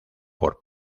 por